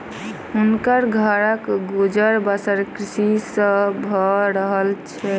हुनकर घरक गुजर बसर कृषि सॅ भअ रहल छल